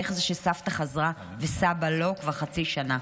ואיך זה שסבתא חזרה וסבא לא כבר חצי שנה.